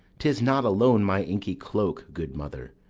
tis not alone my inky cloak, good mother,